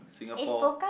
Singapore